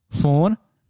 phone